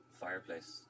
fireplace